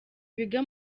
biga